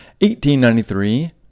1893